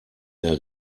der